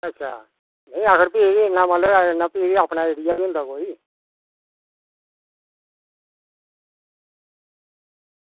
अच्छा मतलब नेईं आखर फ्ही बी इन्ना अगर फ्ही बी अपना आइडिया होंदा कोई